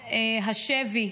מן השבי,